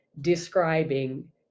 describing